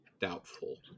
Doubtful